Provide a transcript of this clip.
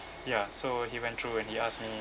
ya so he went through and he asked me